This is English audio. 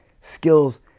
skills